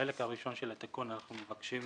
בחלק הראשון של התיקון אנחנו מבקשים